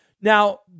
Now